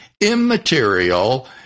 immaterial